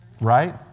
right